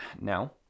now